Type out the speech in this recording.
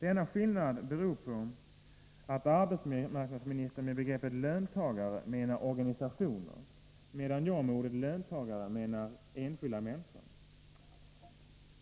Denna skillnad beror på att arbetsmarknadsministern med begreppet löntagare menar organisationer, medan jag med ordet löntagare menar enskilda människor.